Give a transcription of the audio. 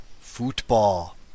football